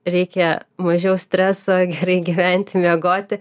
reikia mažiau streso gerai gyventi miegoti